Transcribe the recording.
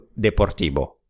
deportivo